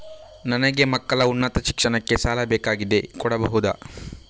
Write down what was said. ನನಗೆ ಮಕ್ಕಳ ಉನ್ನತ ಶಿಕ್ಷಣಕ್ಕೆ ಸಾಲ ಬೇಕಾಗಿದೆ ಕೊಡಬಹುದ?